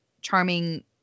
charming